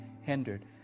hindered